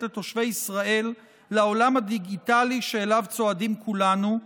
לתושבי ישראל לעולם הדיגיטלי שאליו צועדים כולנו,